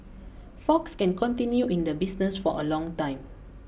Fox can continue in the business for a long time